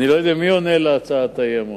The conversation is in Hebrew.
אני לא יודע מי עונה להצעת האי-אמון.